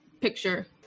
picture